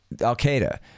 Al-Qaeda